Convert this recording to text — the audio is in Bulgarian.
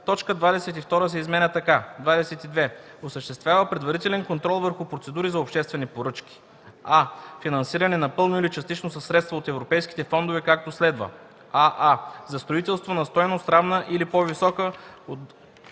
Точка 22 се изменя така: „22. осъществява предварителен контрол върху процедури за обществени поръчки: а) финансирани напълно или частично със средства от европейските фондове, както следва: аа) за строителство на стойност, равна или по-висока от